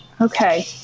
Okay